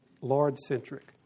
Lord-centric